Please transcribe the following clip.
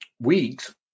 weeks